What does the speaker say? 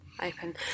open